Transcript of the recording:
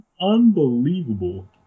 unbelievable